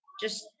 just-